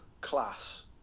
class